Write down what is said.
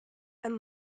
and